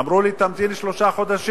אמרו לי: תמתין שלושה חודשים.